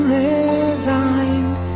resigned